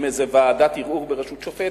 עם איזה ועדת ערעור בראשות שופט,